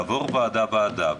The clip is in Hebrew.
לעבור ועדה-ועדה,